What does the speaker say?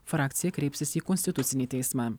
frakcija kreipsis į konstitucinį teismą